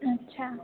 अच्छा